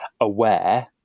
aware